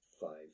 five